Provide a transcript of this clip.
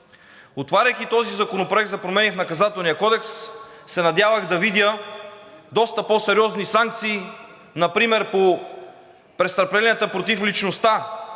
Отваряйки този законопроект за промени в Наказателния кодекс, се надявах да видя доста по-сериозни санкции, например по престъпленията против личността,